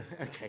okay